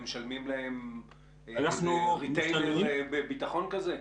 אתם משלמים להם ריטיינר בביטחון כזה?